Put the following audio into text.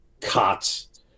cots